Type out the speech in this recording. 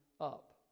up